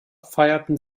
feierten